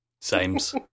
Sames